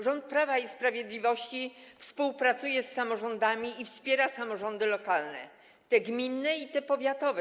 Rząd Prawa i Sprawiedliwości współpracuje z samorządami i wspiera samorządy lokalne, te gminne i te powiatowe.